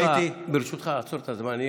ברשותך, אעצור את הזמן.